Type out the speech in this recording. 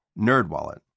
NerdWallet